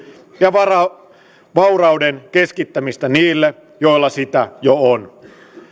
ja vaurauden keskittämistä niille joilla sitä jo on